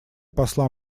посла